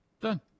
Done